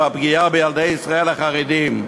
הוא הפגיעה בילדי ישראל החרדים.